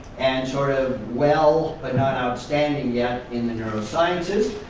and sort of well but not outstanding yet in the neurosciences.